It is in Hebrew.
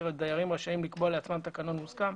שהדיירים רשאים לקבוע לעצמם תקנון מוסכם.